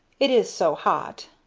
it is so hot.